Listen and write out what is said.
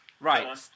Right